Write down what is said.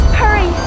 hurry